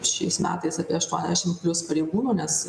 šiais metais apie aštuoniasdešim plius pareigūnų nes